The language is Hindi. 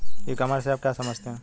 ई कॉमर्स से आप क्या समझते हैं?